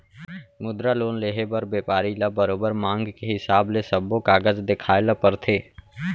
मुद्रा लोन लेहे बर बेपारी ल बरोबर मांग के हिसाब ले सब्बो कागज देखाए ल परथे